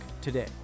today